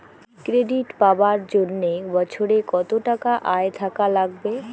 Credit পাবার জন্যে বছরে কত টাকা আয় থাকা লাগবে?